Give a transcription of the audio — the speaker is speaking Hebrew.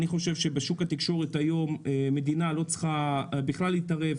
אני חושב שבשוק התקשורת המדינה לא צריכה בכלל להתערב.